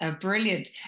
Brilliant